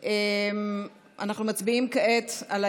סמי אבו שחאדה,